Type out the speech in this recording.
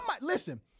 Listen